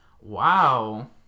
wow